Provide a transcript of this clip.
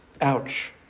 ouch